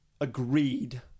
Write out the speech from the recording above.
agreed